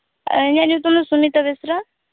ᱤᱧᱟᱹᱜ ᱧᱩᱛᱩᱢ ᱫᱚ ᱥᱩᱱᱤᱛᱟ ᱵᱮᱥᱨᱟ